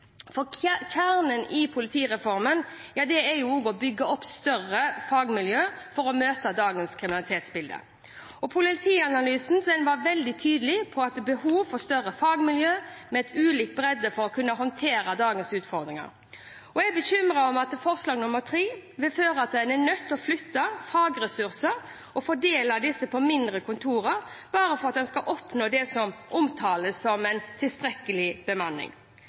politireformen er å bygge opp større fagmiljø for å møte dagens kriminalitetsbilde. Politianalysen var veldig tydelig på behovet for større fagmiljø med ulik og bred kompetanse for å kunne håndtere dagens utfordringer. Jeg er bekymret for at III vil føre til at en er nødt til å flytte fagressurser og fordele disse på mindre kontor, bare for at en skal oppnå det som omtales som en tilstrekkelig bemanning.